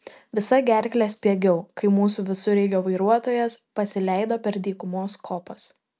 visa gerkle spiegiau kai mūsų visureigio vairuotojas pasileido per dykumos kopas